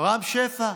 רם שפע,